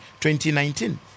2019